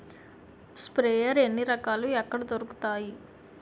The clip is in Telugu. స్ప్రేయర్ ఎన్ని రకాలు? ఎక్కడ దొరుకుతాయి?